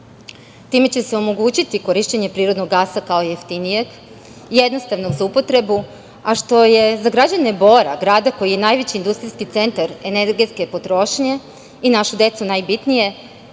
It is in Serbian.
Time će se omogućiti korišćenje prirodnog gasa kao jeftinijeg, jednostavnog za upotrebu, a što je za građane Bora, grada koji je najveći industrijski centar energetske potrošnje, i za našu decu najbitnije